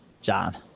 john